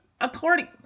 According